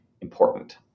important